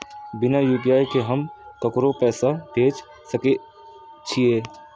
बिना यू.पी.आई के हम ककरो पैसा भेज सके छिए?